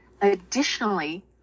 additionally